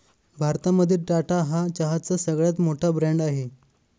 भारतामध्ये टाटा हा चहाचा सगळ्यात मोठा ब्रँड आहे